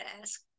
ask